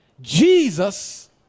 Jesus